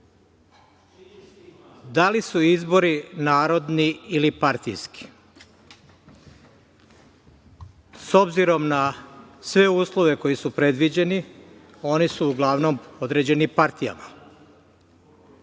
li su izbori narodni ili partijski? S obzirom na sve uslove koji su predviđeni, oni su uglavnom određeni partijama.